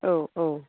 औ औ